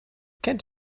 kennt